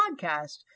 podcast